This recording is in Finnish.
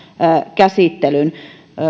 käsittelyn